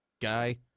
Guy